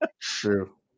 True